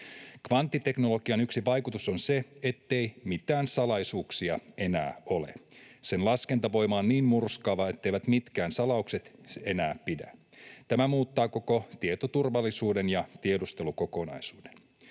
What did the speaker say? Kvanttiteknologian yksi vaikutus on se, ettei mitään salaisuuksia enää ole. Sen laskentavoima on niin murskaava, etteivät mitkään salaukset enää pidä. Tämä muuttaa koko tietoturvallisuuden ja tiedustelukokonaisuuden.